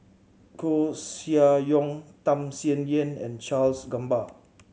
Koeh Sia Yong Tham Sien Yen and Charles Gamba